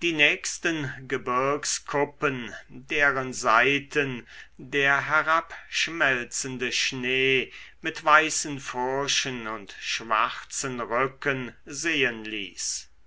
die nächsten gebirgskuppen deren seiten der herabschmelzende schnee mit weißen furchen und schwarzen rücken sehen ließ